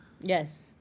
yes